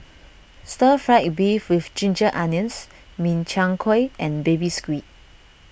Stir Fried Beef with Ginger Onions Min Chiang Kueh and Baby Squid